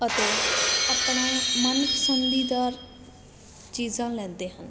ਅਤੇ ਆਪਣਾ ਮਨਪਸੰਦੀਦਾਰ ਚੀਜ਼ਾਂ ਲੈਂਦੇ ਹਨ